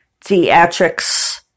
theatrics